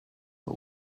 but